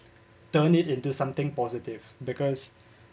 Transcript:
turn it into something positive because